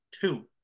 two